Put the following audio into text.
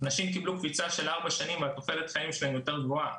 הנשים קיבלו קפיצה של ארבע שנים ותוחלת החיים שלהן גבוהה